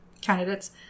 candidates